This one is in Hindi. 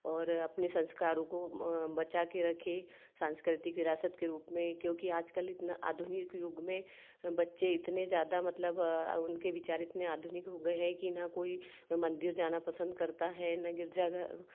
और अपने संस्कारों को बचा के रखें सांस्कृतिक विरासत के रूप में क्योंकि आजकल इतना आधुनिक युग में बच्चे इतने ज्यादा मतलब उनके विचार इतने आधुनिक हो गए हैं कि ना कोई मंदिर जाना पसंद करता है ना गिरजाघर